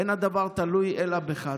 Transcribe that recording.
אין הדבר תלוי אלא בך.